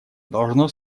должно